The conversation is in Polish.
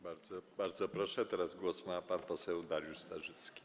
Bardzo proszę, teraz głos ma pan poseł Dariusz Starzycki.